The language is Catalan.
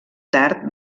tard